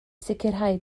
sicrhau